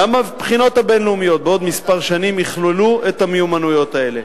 גם הבחינות הבין-לאומיות בעוד כמה שנים יכללו את המיומנויות האלה.